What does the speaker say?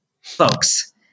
folks